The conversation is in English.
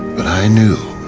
but i knew,